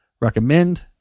recommend